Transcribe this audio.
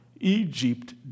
Egypt